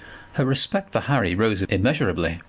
her respect for harry rose immeasurably.